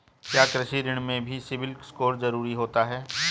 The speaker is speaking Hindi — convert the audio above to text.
क्या कृषि ऋण में भी सिबिल स्कोर जरूरी होता है?